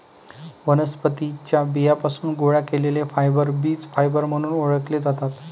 वनस्पतीं च्या बियांपासून गोळा केलेले फायबर बीज फायबर म्हणून ओळखले जातात